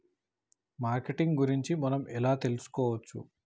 Marketing గురించి మనం ఎలా తెలుసుకోవచ్చు?